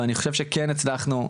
ואני חושב שכן הצלחנו,